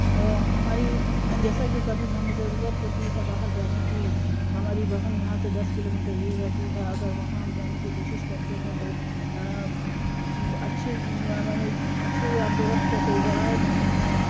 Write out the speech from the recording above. تو ہماری جیسا کہ کبھی ہمیں ضرورت ہوتی ہے باہر جانے کی ہماری بہن یہاں سے دس کلو میٹر دور رہتی ہے اگر وہاں ہم جانے کی کوشش کرتے ہیں تو اچھی میں نے اچھی آمد و رفت کا کوئی ذرائع نہیں ہے